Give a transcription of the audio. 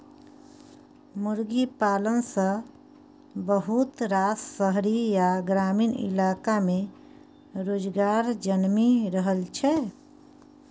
मुर्गी पालन सँ बहुत रास शहरी आ ग्रामीण इलाका में रोजगार जनमि रहल छै